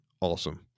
awesome